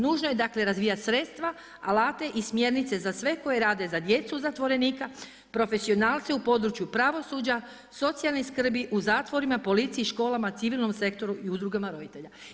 Nužno je dakle, razvijati sredstva, alate i smjernice za sve koji rade za djecu zatvorenika, profesionalce u području pravosuđa socijalne skrbi u zatvorima, policijama, školama, civilnom sektoru i udrugama roditelja.